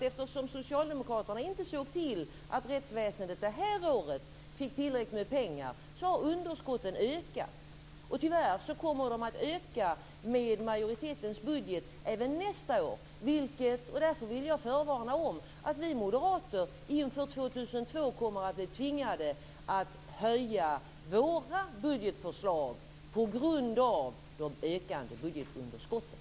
Eftersom Socialdemokraterna inte såg till att rättsväsendet fick tillräckligt med pengar det här året har underskotten ökat. Med majoritetens budget kommer de tyvärr att öka även nästa år. Därför vill jag förvarna om att inför 2002 kommer vi moderater att bli tvingade att höja våra budgetförslag på grund av de ökande budgetunderskotten.